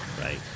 Right